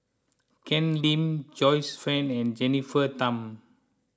Ken Lim Joyce Fan and Jennifer Tham